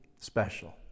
special